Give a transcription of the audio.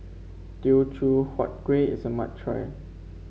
Teochew Huat Kueh is a must try